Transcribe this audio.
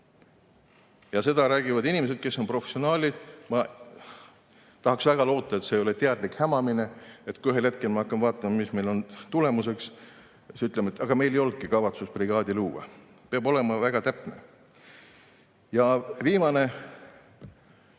Seda räägivad inimesed, kes on professionaalid. Ma tahaks väga loota, et see ei ole teadlik hämamine, et kui ühel hetkel ma hakkan vaatama, mis meil on tulemuseks, siis [ma kuulen], et aga meil ei olnudki kavatsust brigaadi luua. Peab olema väga täpne. Ja viimaseks,